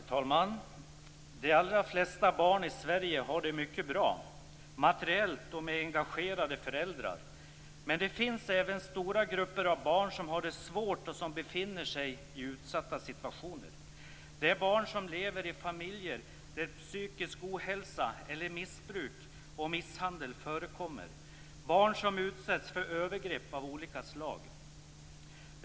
Herr talman! De allra flesta barn i Sverige har det materiellt mycket bra och har engagerade föräldrar. Men det finns även stora grupper av barn som har det svårt och som befinner sig i utsatta situationer. Det är barn som lever i familjer där psykisk ohälsa, missbruk eller misshandel förekommer och barn som utsätts för övergrepp av olika slag.